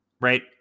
right